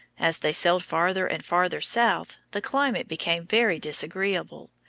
as they sailed farther and farther south, the climate became very disagreeable.